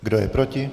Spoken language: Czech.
Kdo je proti?